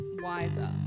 wiser